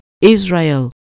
Israel